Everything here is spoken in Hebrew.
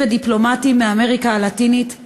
ודיפלומטים מאמריקה הלטינית בעיר-דוד.